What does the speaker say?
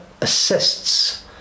assists